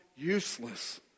useless